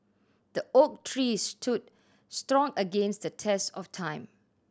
the oak tree stood strong against the test of time